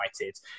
United